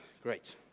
Great